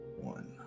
one